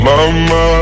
Mama